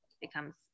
becomes